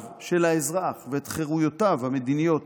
של האזרח ואת חירויותיו המדיניות,